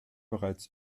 bereits